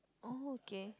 oh okay